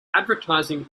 advertising